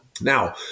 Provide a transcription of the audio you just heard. Now